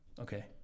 Okay